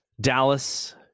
Dallas